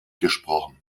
gesprochen